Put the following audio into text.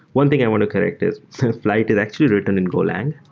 one thing i want to correct is flyte is actually written in go lang.